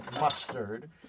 mustard